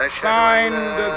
signed